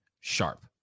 sharp